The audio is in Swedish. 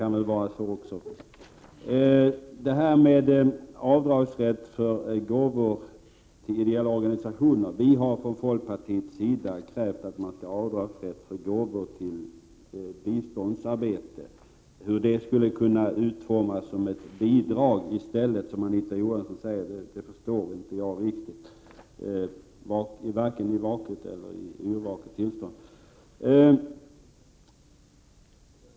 När det gäller avdragsrätt för gåvor till ideella organisationer så har folkpartiet krävt att man skall få göra avdrag för gåvor till biståndsarbete. Hur det, som Anita Johansson säger, i stället skall kunna utformas som ett bidrag förstår jag inte riktigt — varken i vaket eller yrvaket tillstånd.